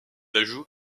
ajout